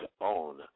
own